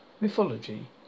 Mythology